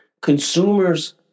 Consumers